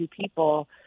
people